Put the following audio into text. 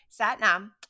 Satnam